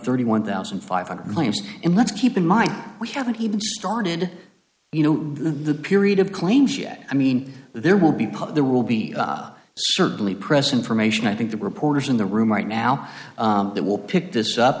thirty one thousand five hundred claims and let's keep in mind we haven't even started you know the period of claims yet i mean there will be pub there will be certainly press information i think the reporters in the room right now that will pick this up